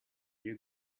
you